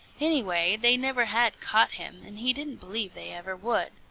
anyway, they never had caught him, and he didn't believe they ever would.